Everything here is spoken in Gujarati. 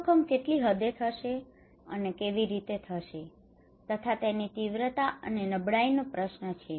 આ જોખમ કેટલી હદે થશે અને કેવી રીતે થશે તથા તેની તીવ્રતા અને નબળાઈનો પ્રશ્ન છે